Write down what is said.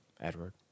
Edward